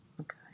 okay